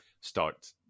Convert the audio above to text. start